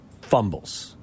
fumbles